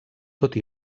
tot